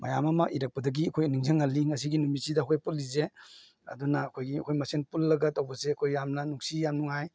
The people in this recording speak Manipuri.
ꯃꯌꯥꯝ ꯑꯃ ꯏꯔꯛꯄꯗꯒꯤ ꯑꯩꯈꯣꯏ ꯅꯤꯡꯖꯪꯍꯜꯂꯤ ꯉꯁꯤ ꯅꯨꯃꯤꯠꯁꯤꯗ ꯑꯩꯈꯣꯏ ꯄꯨꯜꯂꯤꯁꯦ ꯑꯗꯨꯅ ꯑꯩꯈꯣꯏꯒꯤ ꯑꯩꯈꯣꯏ ꯃꯁꯦꯜ ꯄꯨꯜꯂꯒ ꯇꯧꯕꯁꯦ ꯑꯩꯈꯣꯏ ꯌꯥꯝꯅ ꯅꯨꯡꯁꯤ ꯌꯥꯝ ꯅꯨꯡꯉꯥꯏ